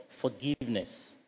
forgiveness